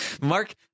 mark